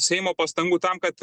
seimo pastangų tam kad